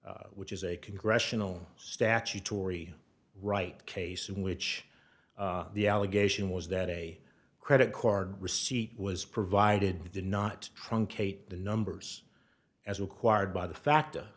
case which is a congressional statutory right case in which the allegation was that a credit card receipt was provided did not truncate the numbers as required by the fact